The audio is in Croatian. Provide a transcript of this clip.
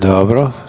Dobro.